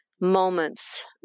moments